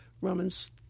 Romans